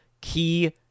key